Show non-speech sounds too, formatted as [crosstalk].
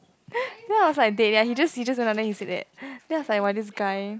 [laughs] then I was like dead and he just he just no wonder he said that this guy